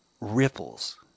ripples